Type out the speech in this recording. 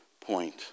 point